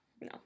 No